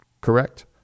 correct